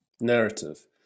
narrative